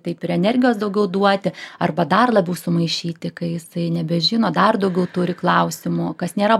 taip ir energijos daugiau duoti arba dar labiau sumaišyti kai jisai nebežino dar daugiau turi klausimų kas nėra